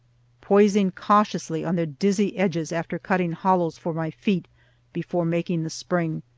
poising cautiously on their dizzy edges after cutting hollows for my feet before making the spring,